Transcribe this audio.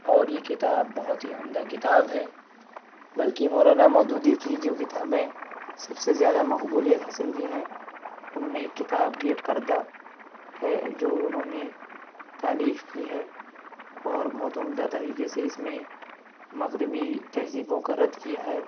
اور یہ کتاب بہت ہی عمدہ کتاب ہے بلکہ مولانا مودودی کی جو کتابیں سب سے زیادہ مقبولیت حاصل کی ہیں ان میں ایک کتاب بےپردہ ہے جو انہوں نے تالیف کی ہے اور بہت عمدہ طریقے سے اس میں مغربی تہذیبوں کا رد کیا ہے